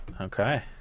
Okay